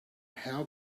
how